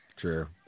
True